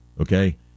okay